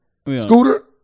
Scooter